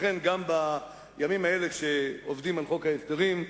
לכן, גם בימים האלה, כשעובדים על חוק ההסדרים,